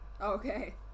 okay